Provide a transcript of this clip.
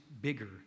bigger